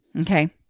Okay